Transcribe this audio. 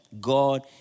God